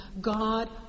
God